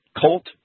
colt